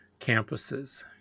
campuses